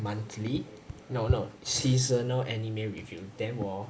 monthly no no seasonal anime review then 我